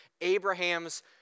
Abraham's